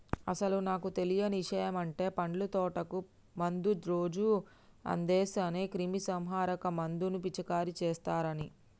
అసలు నాకు తెలియని ఇషయమంటే పండ్ల తోటకు మందు రోజు అందేస్ అనే క్రిమీసంహారక మందును పిచికారీ చేస్తారని